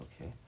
Okay